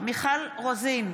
מיכל רוזין,